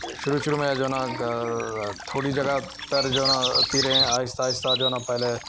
شروع شروع میں جو ہے نا تھوڑی جگہ تر جو ہے نا تیریں آہستہ آہستہ جو ہے نا پہلے